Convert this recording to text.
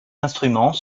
instruments